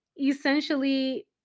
essentially